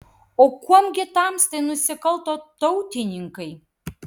o kuom gi tamstai nusikalto tautininkai